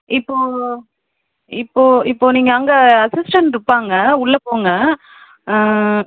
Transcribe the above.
இப்போது இப்போது இப்போது நீங்கள் அங்கே அசிஸ்டண்ட் இருப்பாங்கள் உள்ளே போங்க